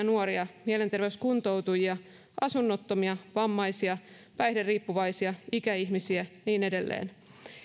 nuoria mielenterveyskuntoutujia asunnottomia vammaisia päihderiippuvaisia ikäihmisiä ja niin edelleen